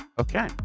Okay